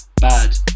Bad